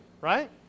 right